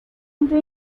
into